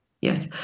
Yes